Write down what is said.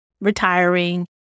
retiring